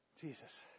Jesus